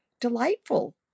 delightful